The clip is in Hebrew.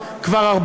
חבר הכנסת בר,